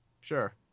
Sure